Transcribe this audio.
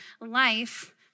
life